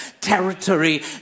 territory